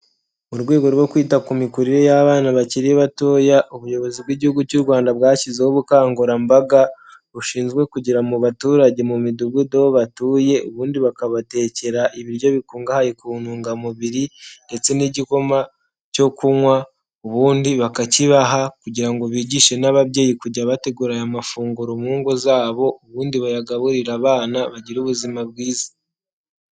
Mu rwego rwo kwita ku mikurire y'abana bakiri batoya, ubuyobozi bw'Igihugu cy'u Rwanda bwashyizeho ubukangurambaga bushinzwe kugera mu baturage mu Midugudu aho batuye ubundi bakabatekera ibiryo bikungahaye ku ntungamubiri ndetse n'igikoma cyo kunywa ubundi bakakibaha kugira ngo bigishe n'ababyeyi kujya bategura aya mafunguro mu ngo zabo, ubundi bayagaburire abana bagira ubuzima bwiza.